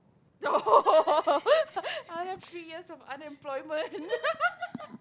no I have three years of unemployment